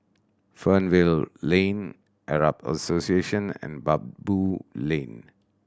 Fernvale Lane Arab Association and Baboo Lane